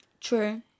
True